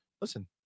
Listen